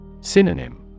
Synonym